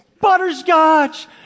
butterscotch